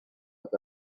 with